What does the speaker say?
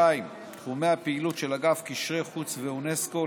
2. תחומי הפעילות של אגף קשרי חוץ ואונסק"ו,